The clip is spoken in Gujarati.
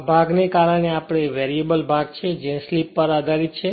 આ ભાગ ને કારણે આ વેરિએબલભાગ છે જે તે સ્લીપ પર આધારિત છે